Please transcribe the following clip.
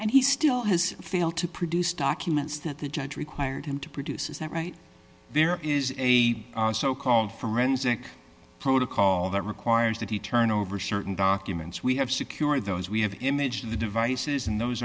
and he still has failed to produce documents that the judge required him to produce is that right there is a so called forensic protocol that requires that he turn over certain documents we have secure those we have images of the devices and those